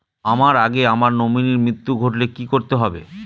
আমার আগে আমার নমিনীর মৃত্যু ঘটলে কি করতে হবে?